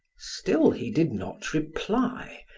still he did not reply.